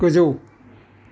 गोजौ